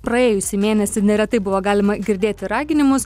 praėjusį mėnesį neretai buvo galima girdėti raginimus